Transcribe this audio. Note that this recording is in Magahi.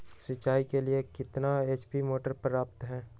सिंचाई के लिए कितना एच.पी मोटर पर्याप्त है?